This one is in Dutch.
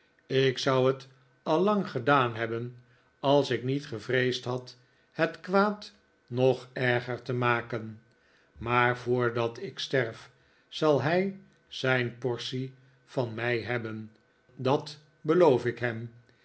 ik zou het al lang gedaan hebben als ik niet gevreesd had het kwaad nog erger te maken maar voordat ik sterf zal hij zijn portie van mij hebben dat beloof ik hem